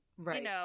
Right